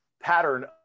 pattern